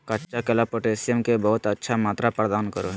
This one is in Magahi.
कच्चा केला पोटैशियम के बहुत अच्छा मात्रा प्रदान करो हइ